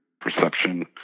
perception